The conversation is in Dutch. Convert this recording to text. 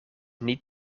niet